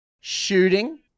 shooting